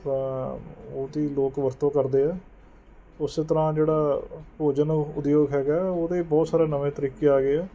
ਤਾਂ ਉਹਦੀ ਲੋਕ ਵਰਤੋਂ ਕਰਦੇ ਆ ਉਸੇ ਤਰ੍ਹਾਂ ਜਿਹੜਾ ਭੋਜਨ ਉਦਯੋਗ ਹੈਗਾ ਉਹਦੇ ਬਹੁਤ ਸਾਰੇ ਨਵੇਂ ਤਰੀਕੇ ਆ ਗਏ ਆ